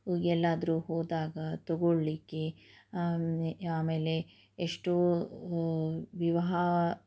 ಎಲ್ಲಾದರೂ ಹೋದಾಗ ತೊಗೊಳ್ಲಿಕ್ಕೆ ಆಮೇಲೆ ಎಷ್ಟೋ ವಿಹ್ವಾ